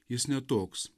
jis ne toks